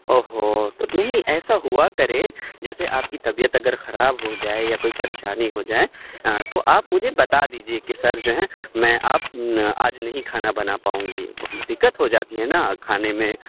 او ہو تو نہیں ایسا ہوا کرے جیسے آپ کی طبیعت اگر خراب ہو جائے یا کوئی پریشانی ہو جائیں تو آپ مجھے بتا دیجیے کہ سر جو ہیں میں آپ آج نہیں کھانا بنا پاؤں گی دکت ہو جاتی ہے نا کھانے میں